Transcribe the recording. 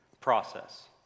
process